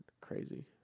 crazy